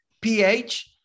pH